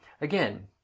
again